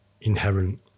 inherent